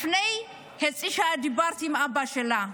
לפני חצי שעה דיברתי עם אבא שלה,